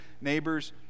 neighbors